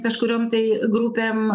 kažkuriom tai grupėm